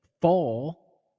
fall